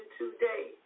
today